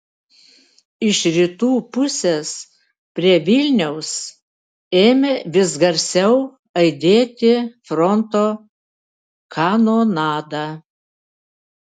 iš rytų pusės prie vilniaus ėmė vis garsiau aidėti fronto kanonada